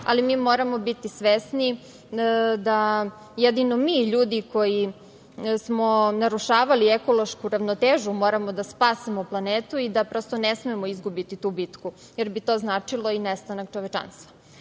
ali mi moramo biti svesni da jedino mi, ljudi koji smo narušavali ekološku ravnotežu, moramo da spasemo planetu, da prosto ne smemo izgubiti tu bitku, jer bi to značilo i nestanak čovečanstva.